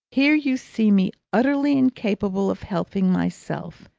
here you see me utterly incapable of helping myself,